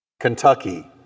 Kentucky